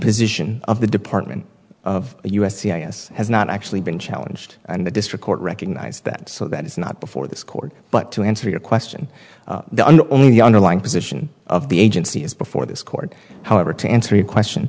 position of the department of the u s c i s has not actually been challenged and the district court recognized that so that is not before this court but to answer your question the underlying position of the agency is before this court however to answer your question